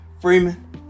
Freeman